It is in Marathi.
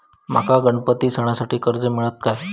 माका गणपती सणासाठी कर्ज मिळत काय?